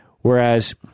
Whereas